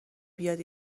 بیاد